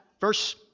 verse